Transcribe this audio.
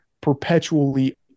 perpetually